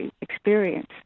experience